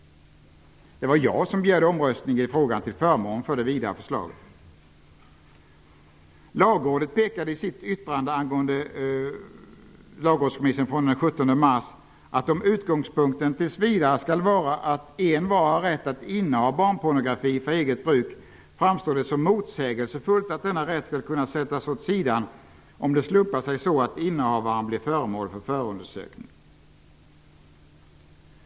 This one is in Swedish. Det var jag som begärde omröstning i frågan till förmån för det vida förslaget. I sitt yttrande över lagrådsremissen den 17 mars framhåller Lagrådet: ''Om utgångspunkten tills vidare skall vara att envar har rätt att inneha barnpornografi för eget bruk framstår det som motsägelsefullt att denna rätt skall kunna sättas åt sidan om det slumpar sig så att innehavaren blir föremål för förundersökning.''